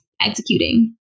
executing